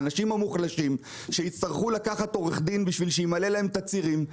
האנשים המוחלשים שיצטרכו לקחת עורך דין בשביל שימלא להם תצהירים,